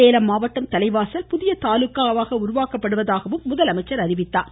சேலம் மாவட்டம் தலைவாசல் புதிய தாலுக்காவாக உருவாக்கப்படுவதாக அவர் முதலமைச்சர் அறிவித்தார்